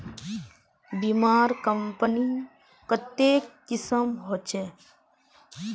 बीमार कंपनी कत्ते किस्म होछे